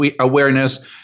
awareness